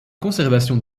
conservation